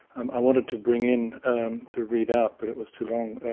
um i wanted to bring in to read out, but it was too long,